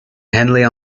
henley